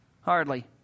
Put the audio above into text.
Hardly